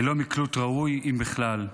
ללא מקלוט ראוי, אם בכלל.